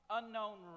unknown